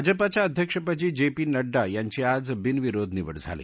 भाजपाच्या अध्यक्षपदी J P Nadda यांची आज बिनविरोध निवड झाली